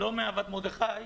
לא מאהבת מרדכי,